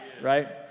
Right